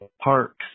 parks